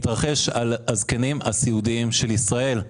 עבור הזקנים הסיעודיים בישראל.